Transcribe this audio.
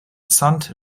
saint